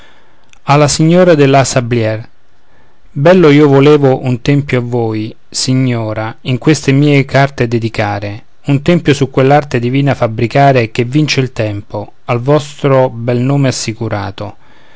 de la sablière bello io volevo un tempio a voi signora in queste mie carte dedicare un tempio su quell'arte divina fabbricare che vince il tempo al vostro bel nome assicurato